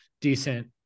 decent